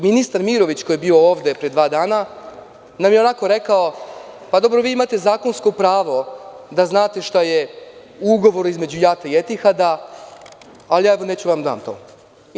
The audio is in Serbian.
Ministar Mirović koji je bio ovde pre dva dana nam je onako rekao – vi imate zakonsko pravo da znate šta je ugovor između JAT-a i Etihada, ali ja neću to da vam dam.